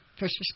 First